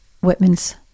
Whitman's